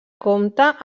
compta